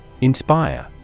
Inspire